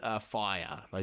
fire